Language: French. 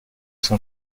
son